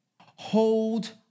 Hold